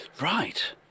Right